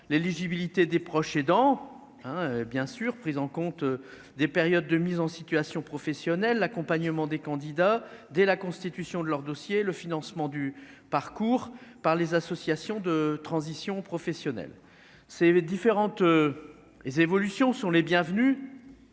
l'éligibilité des proches aidants hein bien sûr prise en compte des périodes de mise en situation professionnelle, l'accompagnement des candidats dès la constitution de leurs dossiers, le financement du parcours par les associations de transition professionnelle ces différentes évolutions sont les bienvenues,